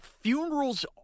Funerals